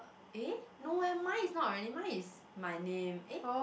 eh no eh mine is not really mine is my name eh